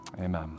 amen